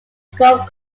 golf